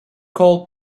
call